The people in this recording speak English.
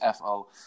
FO